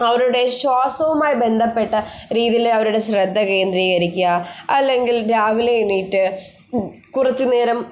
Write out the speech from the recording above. അവരുടെ ശ്വാസവുമായി ബന്ധപ്പെട്ട രീതിയിൽ അവരുടെ ശ്രദ്ധ കേന്ദ്രികരിക്കുക അല്ലെങ്കിൽ രാവിലെ എണീറ്റ് കുറച്ചുനേരം